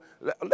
let